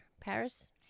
Paris